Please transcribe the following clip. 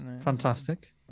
Fantastic